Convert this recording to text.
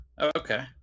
Okay